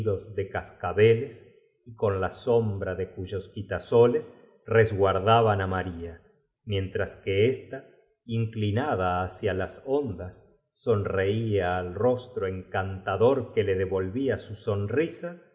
de cascabeles y con la sombra de cuyos quitasoles res guardaban á faría mientras que ósta inclinsda hacia las ondas sonreía al rostro encantador que le devolvía su son